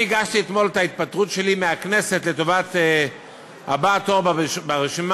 אני הגשתי אתמול את ההתפטרות שלי מהכנסת לטובת הבא בתור ברשימה,